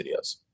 videos